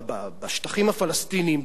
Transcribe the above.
בשטחים הפלסטיניים,